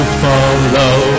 follow